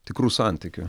tikrų santykių